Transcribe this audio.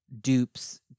dupes